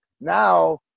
now